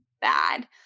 bad